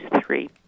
three